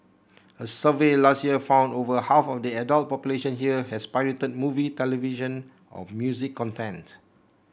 a survey last year found over half of the adult population here has pirated movie television or music content